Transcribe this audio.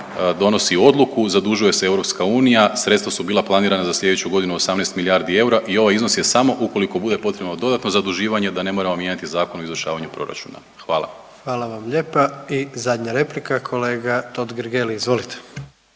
donosi odluku zadužuje se EU. Sredstva su bila planirana za sljedeću godinu 18 milijardi eura i ovaj iznos je samo ukoliko bude potrebno dodatno zaduživanje da ne moramo mijenjati Zakon o izvršavanju proračuna. Hvala. **Jandroković, Gordan (HDZ)** Hvala vam lijepa. I zadnja replika kolega Totgergeli, izvolite.